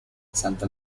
santa